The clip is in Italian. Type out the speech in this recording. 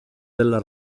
della